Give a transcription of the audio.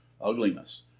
ugliness